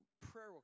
prayer